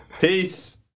Peace